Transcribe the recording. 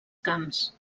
camps